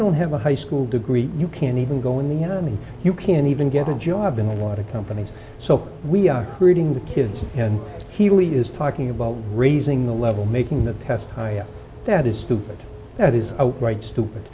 don't have a high school degree you can't even go in the enemy you can't even get a job in a lot of companies so we are creating the kids and he really is talking about raising the level making the test that is stupid that is right stupid